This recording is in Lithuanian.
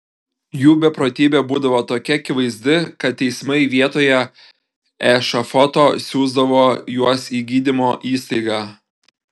jų beprotybė būdavo tokia akivaizdi kad teismai vietoje ešafoto siųsdavo juos į gydymo įstaigą